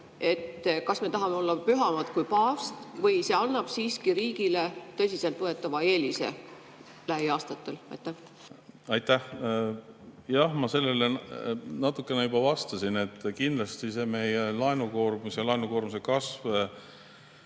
Kas me tahame olla pühamad kui paavst või see annab siiski riigile tõsiseltvõetava eelise lähiaastatel? Aitäh! Jah, ma sellele natukene juba vastasin. Kindlasti meie laenukoormus ja laenukoormuse kasv